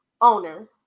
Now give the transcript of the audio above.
owners